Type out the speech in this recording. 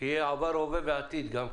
שיהיה עבר הווה ועתיד גם.